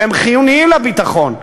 שהם חיוניים לביטחון,